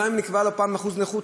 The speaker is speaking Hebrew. גם אם נקבע לו פעם אחוזי נכות,